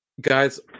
Guys